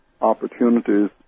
opportunities